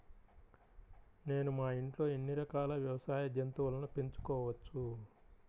నేను మా ఇంట్లో ఎన్ని రకాల వ్యవసాయ జంతువులను పెంచుకోవచ్చు?